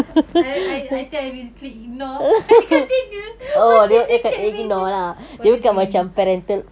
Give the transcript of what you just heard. I I I think I will click ignore continue watching the cat video